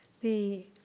the,